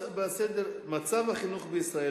מצב החינוך בישראל,